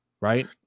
Right